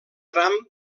tram